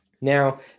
Now